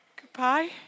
Goodbye